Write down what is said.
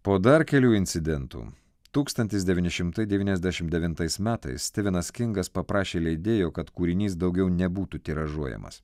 po dar kelių incidentų tūkstantis devyni šimtai devyniasdešim devintais metais styvenas kingas paprašė leidėjo kad kūrinys daugiau nebūtų tiražuojamas